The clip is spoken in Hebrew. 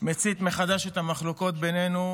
מצית מחדש את המחלוקות בינינו,